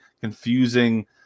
confusing